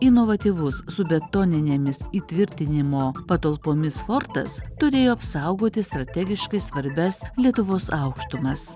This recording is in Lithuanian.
inovatyvus su betoninėmis įtvirtinimo patalpomis fortas turėjo apsaugoti strategiškai svarbias lietuvos aukštumas